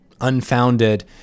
unfounded